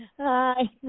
Hi